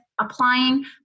applying